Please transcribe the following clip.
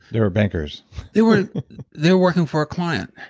they were bankers they were they were working for a client.